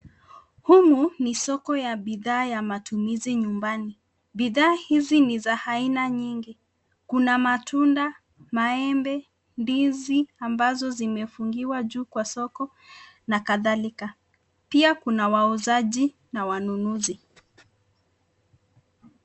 Huu ni soko ya bidhaa ya matumizi ya nyumbani bidhaa hizi ni za aina nyingi Kuna matunda, maembe, ndizi ambazo zimefungiwa juu kwa soko na kadhalika pia Kuna wauzaji na wanunuzi .